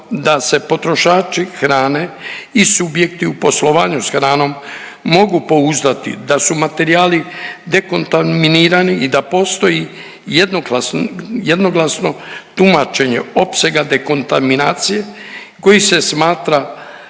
da se potrošači hrane i subjekti u poslovanju s hranom mogu pouzdati da su materijali dekontaminirani i da postoji jednoklas… jednoglasno tumačenje opsega dekontaminacije koji se smatra